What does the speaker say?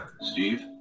Steve